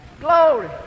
glory